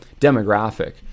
demographic